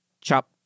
chop